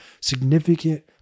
significant